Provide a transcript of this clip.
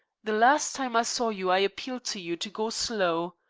the last time i saw you i appealed to you to go slow.